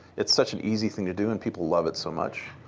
it's such an easy thing to do. and people love it so much.